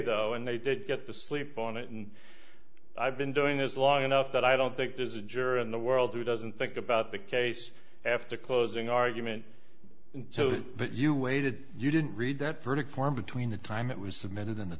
though and they didn't get to sleep on it and i've been doing this long enough that i don't think there's a juror in the world who doesn't think about the case after closing argument so that you waited you didn't read that verdict form between the time that was submitted in the